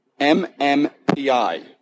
MMPI